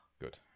Good